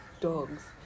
dogs